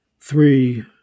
three